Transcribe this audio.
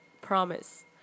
Promise